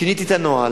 שיניתי את הנוהל: